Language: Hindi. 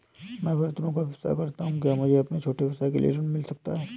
मैं बर्तनों का व्यवसाय करता हूँ क्या मुझे अपने छोटे व्यवसाय के लिए ऋण मिल सकता है?